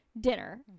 dinner